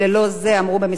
אמרו במשרד הרווחה,